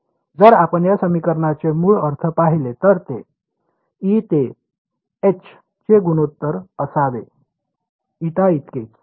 जर आपण या समीकरणाचे मूळ अर्थ पाहिले तर ते E ते H चे गुणोत्तर असावे η इतकेच